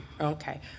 Okay